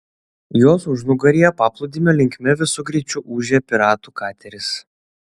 jos užnugaryje paplūdimio linkme visu greičiu ūžė piratų kateris